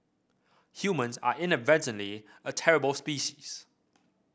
humans are inadvertently a terrible species